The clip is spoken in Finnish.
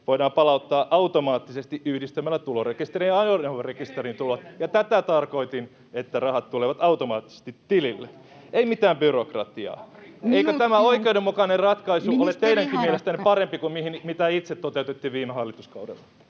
voidaan palauttaa automaattisesti yhdistämällä tulorekisterin ja ajoneuvorekisterin tulot, [Perussuomalaisten ryhmästä: Kenen tilille ne tulevat?] ja tätä tarkoitin, että rahat tulevat automaattisesti tilille — ei mitään byrokratiaa. Eikö tämä oikeudenmukainen ratkaisu ole... ...teidänkin mielestänne parempi kuin se, mitä itse toteutitte viime hallituskaudella?